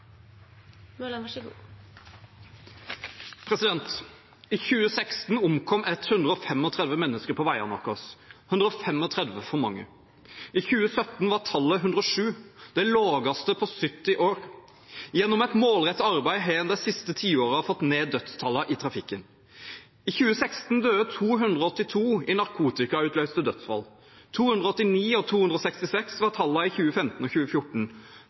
I 2016 omkom 135 mennesker på veiene våre – 135 for mange. I 2017 var tallet 107 – det laveste på 70 år. Gjennom et målrettet arbeid har en de siste tiårene fått ned dødstallene i trafikken. I 2016 døde 282 i narkotikautløste dødsfall. 289 og 266 var tallene i 2015 og 2014